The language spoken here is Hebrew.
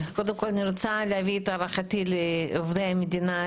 קודם כל אני רוצה להביע את הערכתי לעובדי המדינה,